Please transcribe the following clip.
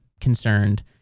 concerned